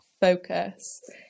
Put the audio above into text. focus